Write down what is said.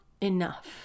enough